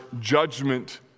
judgment